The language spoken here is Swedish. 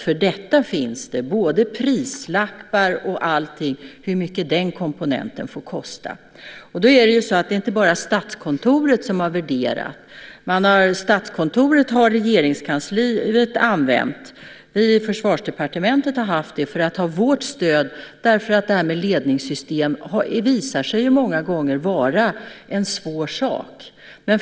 För detta finns både prislappar och allting i fråga om hur mycket den komponenten får kosta. Det är inte bara Statskontoret som har värderat. Regeringskansliet har använt Statskontoret. Vi i Försvarsdepartementet har haft det för att ha ett stöd, därför att frågan om ledningssystem visar sig många gånger vara en svårare sak.